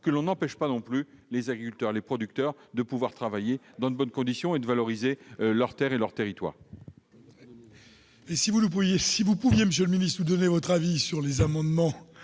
que l'on empêche les agriculteurs et les producteurs de travailler dans de bonnes conditions et de valoriser leur terre et leur territoire.